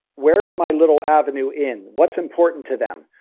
where is my little avenue in? what's important to them?